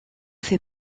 fait